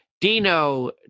Dino